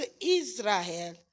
Israel